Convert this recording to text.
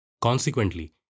Consequently